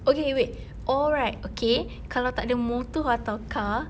okay wait or right okay kalau tak ada motor atau car